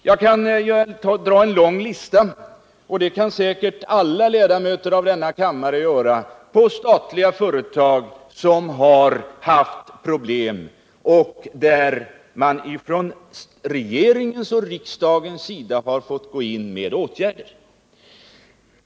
Jag skulle kunna göra listan lång — och det kan säkert alla ledamöter av denna kammare — över statliga företag som har haft problem och där regeringen och riksdagen har fått gå in med åtgärder.